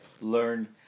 learn